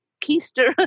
keister